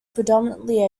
predominately